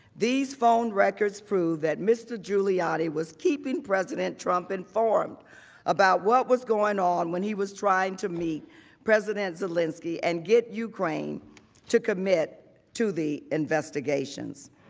these phone records prove that mr. giuliani was keeping president trump informed about what was going on what he was trying to meet president zelensky and get ukraine to commit to the investigations.